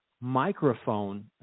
microphone